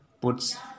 puts